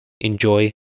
enjoy